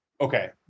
Okay